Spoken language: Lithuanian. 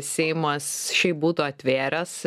seimas šiaip būtų atvėręs